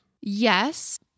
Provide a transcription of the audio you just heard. Yes